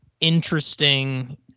interesting